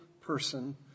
person